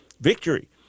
victory